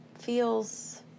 feels